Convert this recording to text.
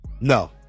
no